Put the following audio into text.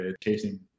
chasing